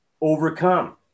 Overcome